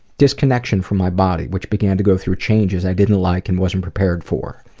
disconnection from my body which began to go through changes i didn't like and wasn't prepared for.